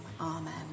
amen